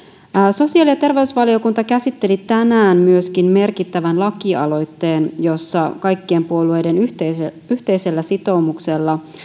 sosiaali ja terveysvaliokunta käsitteli tänään myöskin merkittävän lakialoitteen jossa kaikkien puolueiden yhteisellä yhteisellä sitoumuksella